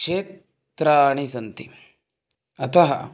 क्षेत्राणि सन्ति अतः